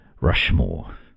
Rushmore